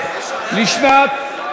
משרד הבריאות,